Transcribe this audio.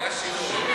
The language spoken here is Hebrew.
נא לסיים, אדוני.